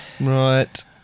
Right